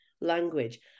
language